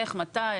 איך ומתי,